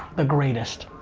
the greatest.